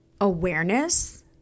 awareness